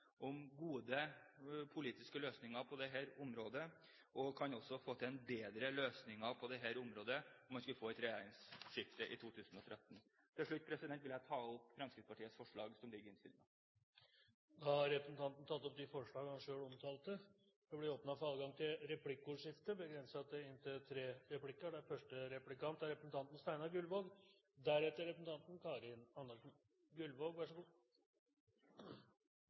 om gode politiske løsninger på dette området, og at man kan få til bedre løsninger på dette området om man skulle få et regjeringsskifte i 2013. Til slutt vil jeg ta opp Fremskrittspartiets forslag som ligger i innstillingen. Representanten Robert Eriksson har tatt opp de forslag han refererte til. Det